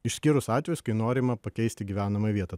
išskyrus atvejus kai norima pakeisti gyvenamą vietą